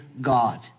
God